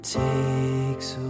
takes